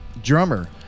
Drummer